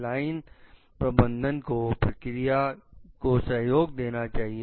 line प्रबंधक को प्रक्रिया को सहयोग देना चाहिए